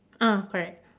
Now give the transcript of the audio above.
ah correct